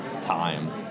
time